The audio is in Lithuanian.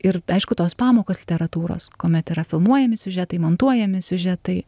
ir aišku tos pamokos literatūros kuomet yra filmuojami siužetai montuojami siužetai